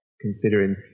considering